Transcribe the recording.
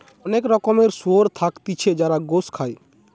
অনেক রকমের শুয়োর থাকতিছে যার গোস খায়